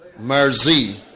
Mercy